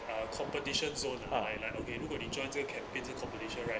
uh competition zone ah like like okay 如果你 join 这 campaign 这 competition right